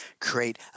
create